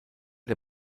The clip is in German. der